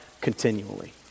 continually